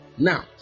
Now